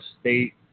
State